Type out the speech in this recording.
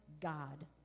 God